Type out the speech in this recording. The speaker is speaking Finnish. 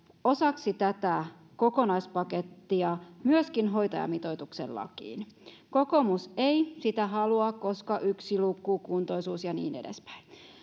osaksi tätä kokonaispakettia myöskin hoitajamitoituksen lakiin kokoomus ei sitä halua koska yksi luku kuntoisuus ja niin edespäin